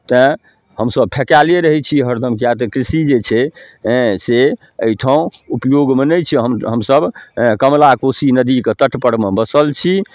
तैं हमसब फेकाएले रहै छी हरदम किए तऽ कृषि जे छै हैँ से एहिठाम उपयोगमे नहि छी हमसब कमला कोशी नदीके तट परमे बसल छी